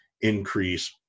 increase